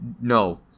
no